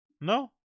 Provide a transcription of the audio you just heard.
No